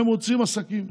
הם רוצים עסקים.